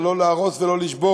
אבל לא להרוס ולא לשבור.